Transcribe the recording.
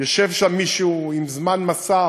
יושב שם מישהו עם זמן מסך,